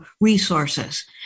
resources